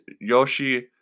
Yoshi